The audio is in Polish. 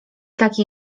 taki